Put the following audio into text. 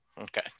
Okay